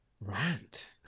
right